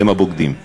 הם הבוגדים.